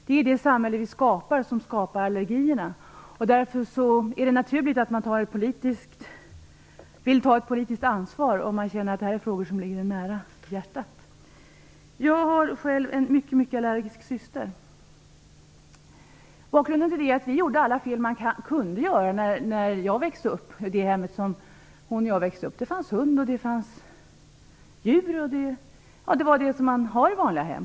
Det är det samhälle vi skapar som skapar allergierna. Därför är det naturligt att man vill ta ett politiskt ansvar om man känner att det här är frågor som ligger en varmt om hjärtat. Jag har själv en mycket, mycket allergisk syster. Bakgrunden är att i det hem som hon och jag växte upp i gjorde man alla fel man kunde göra. Vi hade hund och andra djur och sådant som man har i vanliga hem.